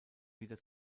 wieder